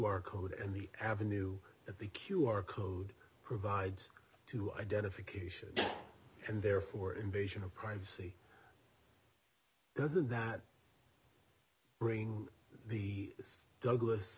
r code and the avenue that the q r code provides to identification and therefore invasion of privacy doesn't that bring the